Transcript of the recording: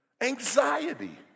anxiety